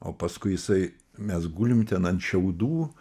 o paskui jisai mes gulim ten ant šiaudų